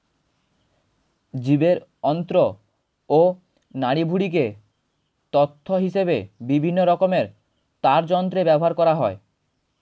জীবের অন্ত্র ও নাড়িভুঁড়িকে তন্তু হিসেবে বিভিন্ন রকমের তারযন্ত্রে ব্যবহার করা হয়